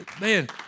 man